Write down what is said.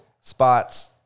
spots